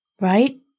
right